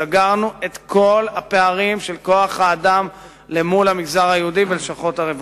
סגרנו את כל הפערים של כוח-האדם מול המגזר היהודי בלשכות הרווחה.